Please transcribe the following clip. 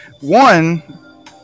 one